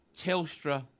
Telstra